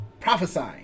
prophesying